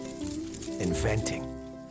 Inventing